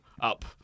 up